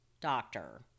doctor